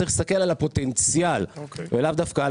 צריך להסתכל על הפוטנציאל ולאו דווקא על